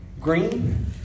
green